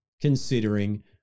considering